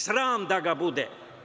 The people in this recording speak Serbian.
Sram da ga bude.